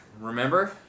Remember